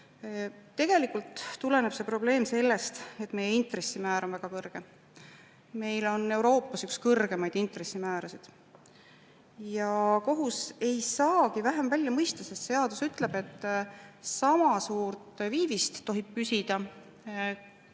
Tegelikult tuleneb see probleem sellest, et meie intressimäär on väga kõrge. Meil on Euroopas üks kõrgemaid intressimäärasid. Ja kohus ei saagi vähem välja mõista, sest seadus ütleb, et sama suurt viivist tohib küsida,